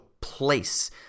place